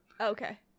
okay